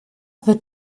wird